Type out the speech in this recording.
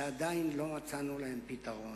שעדיין לא מצאנו להם פתרון,